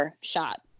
shot